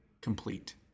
complete